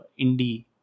indie